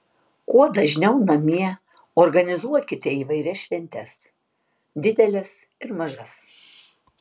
kuo dažniau namie organizuokite įvairias šventes dideles ir mažas